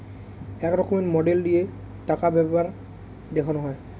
এক রকমের মডেল দিয়ে টাকার ব্যাপার দেখানো হয়